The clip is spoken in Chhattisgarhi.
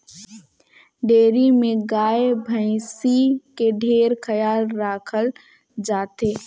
डेयरी में गाय, भइसी के ढेरे खयाल राखल जाथे